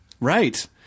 Right